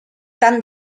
tant